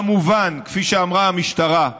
כמובן, כמו שאמרה המשטרה,